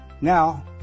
Now